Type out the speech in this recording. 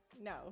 No